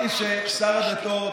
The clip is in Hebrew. הבנתי ששר הדתות,